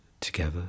together